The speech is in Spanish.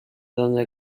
donde